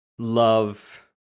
love